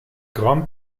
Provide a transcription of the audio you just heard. grand